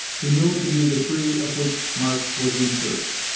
he knew it to be the tree of which march was in search.